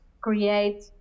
create